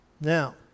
now